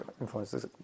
influences